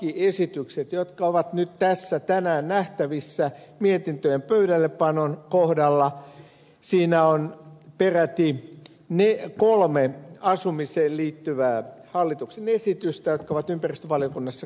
niissä lakiesityksissä jotka ovat nyt tässä tänään nähtävissä mietintöjen pöydällepanon kohdalla on peräti kolme asumiseen liittyvää hallituksen esitystä jotka on ympäristövaliokunnassa käsitelty